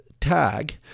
tag